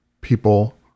people